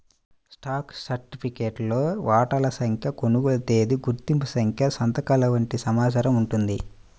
stock సర్టిఫికేట్లో వాటాల సంఖ్య, కొనుగోలు తేదీ, గుర్తింపు సంఖ్య సంతకాలు వంటి సమాచారం ఉంటుంది